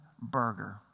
burger